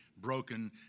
broken